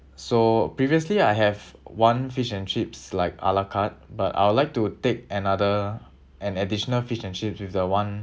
so previously I have one fish and chips like a la carte but I would like to take another an additional fish and chips with the one